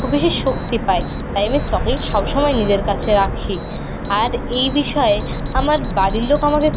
খুব বেশি শক্তি পাই তাই আমি চকলেট সবসময় নিজের কাছে রাখি আর এই বিষয়ে আমার বাড়ির লোক আমাকে